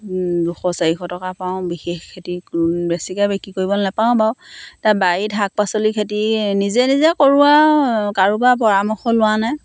দুশ চাৰিশ টকা পাওঁ বিশেষ খেতি বেছিকৈ বিক্ৰী কৰিবলৈ নেপাওঁ বাৰু তা বাৰীত শাক পাচলি খেতি নিজে নিজে কৰোঁ আৰু কাৰো পৰা পৰামৰ্শ লোৱা নাই